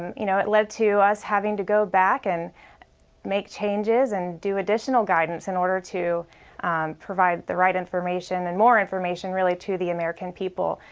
you know it led to us having to go back and make changes and do additional guidance in order to provide the right information and more information really to the american people.